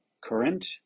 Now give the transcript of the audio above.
current